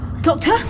Doctor